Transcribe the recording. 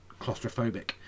claustrophobic